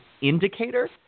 indicator